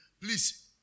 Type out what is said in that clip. please